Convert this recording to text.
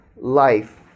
life